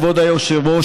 כבוד היושב-ראש,